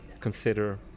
consider